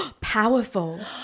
Powerful